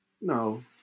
no